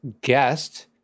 guest